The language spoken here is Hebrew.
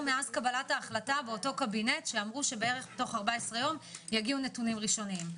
מאז קבלת ההחלטה בקבינט שבתוך 14 יום בערך יגיעו נתונים ראשונים.